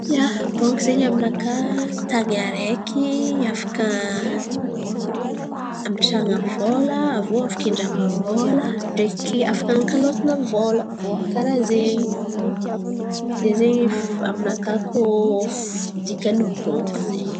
Donko zen̈y aminakà tan̈y araiky afaka amitran̈a vola. Aviô afaka Indiana-mbola ndraiky afaka anakalozana vola karà zen̈y ze zen̈y aminakà koa dikan’ny banky zen̈y.